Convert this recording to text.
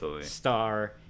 star